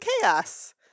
chaos